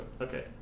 Okay